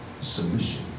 Submission